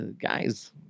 guys